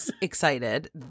excited